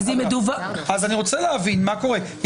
אז אני רוצה להבין מה קורה.